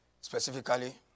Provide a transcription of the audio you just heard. specifically